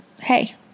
hey